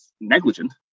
negligent